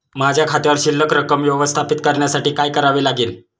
माझ्या खात्यावर शिल्लक रक्कम व्यवस्थापित करण्यासाठी काय करावे लागेल?